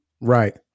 right